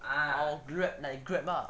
oh grab like grab lah